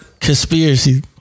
conspiracy